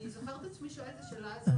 אני זוכרת את עצמי שואלת את השאלה הזאת